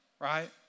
Right